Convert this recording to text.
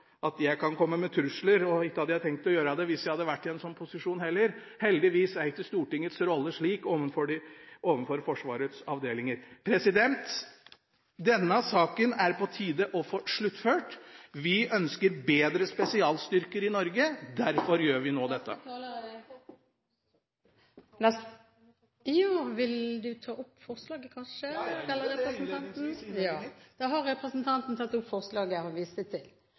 alvorlig. Jeg er heldigvis ikke i en sånn posisjon at jeg kan komme med trusler, og ikke hadde jeg tenkt å gjøre det hvis jeg hadde vært i en sånn posisjon heller. Heldigvis er ikke Stortingets rolle slik overfor Forsvarets avdelinger. Denne saken er det på tide å få sluttført. Vi ønsker bedre spesialstyrker i Norge. Derfor gjør vi dette nå. Representanten Sverre Myrli har tatt opp forslagene han viste til.